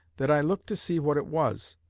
that i looked to see what it was,